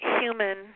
human